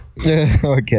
Okay